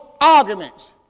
arguments